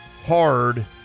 hard